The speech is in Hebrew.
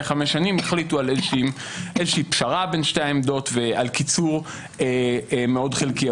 חמש שנים החליטו על איזושהי פשרה בין שתי העמדות ועל קיצור מאוד חלקי.